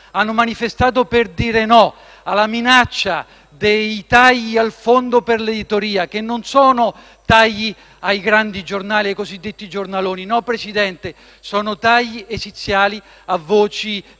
Hanno manifestato per dire no alla minaccia dei tagli al Fondo per l'editoria. Non si tratta di tagli ai grandi giornali, ai cosiddetti giornaloni; no, Presidente, sono tagli esiziali a voci di